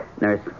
Nurse